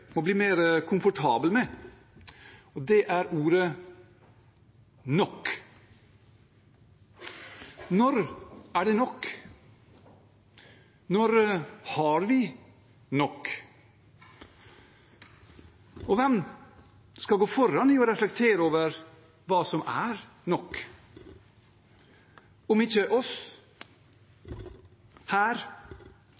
må bli mer komfortable med, og det er ordet «nok». Når er det nok? Når har vi nok? Og hvem skal gå foran i å reflektere over hva som er nok? Om ikke oss